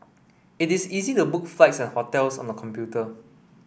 it is easy to book flights and hotels on the computer